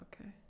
okay